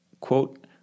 quote